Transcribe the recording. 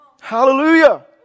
Hallelujah